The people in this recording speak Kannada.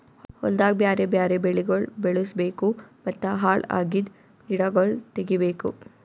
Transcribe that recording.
ಹೊಲ್ದಾಗ್ ಬ್ಯಾರೆ ಬ್ಯಾರೆ ಬೆಳಿಗೊಳ್ ಬೆಳುಸ್ ಬೇಕೂ ಮತ್ತ ಹಾಳ್ ಅಗಿದ್ ಗಿಡಗೊಳ್ ತೆಗಿಬೇಕು